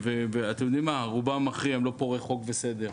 אתם יודעים מה, רובם לא פורעי חוק וסדר,